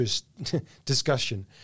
discussion